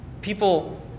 People